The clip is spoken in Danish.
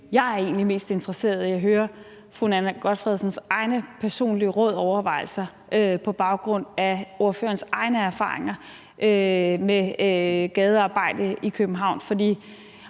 egentlig mest interesseret i at høre fru Nanna W. Gotfredsens egne personlige råd og overvejelser på baggrund af ordførerens egne erfaringer med gadearbejde i København.